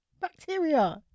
Bacteria